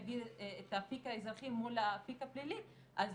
נגיד את האפיק האזרחי מול האפיק הפלילי אז